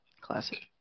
Classic